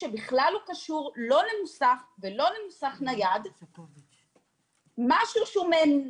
שבכלל לא קשור לא למוסך ולא למוסך נייד משהו שהוא מעין,